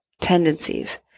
tendencies